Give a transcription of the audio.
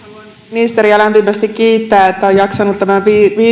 ministeriä lämpimästi kiittää että on jaksanut tämän